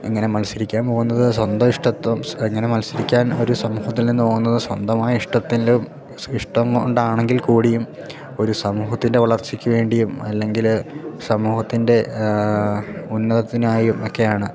ഇങ്ങനെ മത്സരിക്കാൻ പോകുന്നത് സ്വന്തം ഇഷ്ടത്തം ഇങ്ങനെ മത്സരിക്കാൻ ഒരു സമൂഹത്തിൽ നിന്ന് പോകുന്നത് സ്വന്തമായ ഇഷ്ടത്തിലും ഇഷ്ടം കൊണ്ടാണെങ്കിൽ കൂടിയും ഒരു സമൂഹത്തിൻ്റെ വളർച്ചക്ക് വേണ്ടിയും അല്ലെങ്കിൽ സമൂഹത്തിൻ്റെ ഉന്നതത്തിനായും ഒക്കെയാണ്